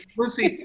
lucy,